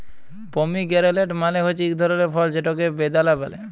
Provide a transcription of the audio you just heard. pomegranate মালে হছে ইক ধরলের ফল যেটকে বেদালা ব্যলে